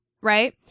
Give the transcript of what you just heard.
right